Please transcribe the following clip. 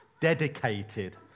dedicated